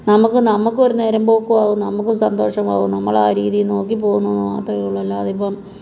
നമുക്ക് നമുക്ക് ഒരു നേരംപോക്കും ആകും നമുക്ക് സന്തോഷം ആകും നമ്മൾ ആ രീതിയിൽ നോക്കി പോകുന്നത് മാത്രമേ ഉള്ളൂ അല്ലാതിപ്പം